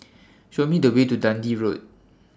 Show Me The Way to Dundee Road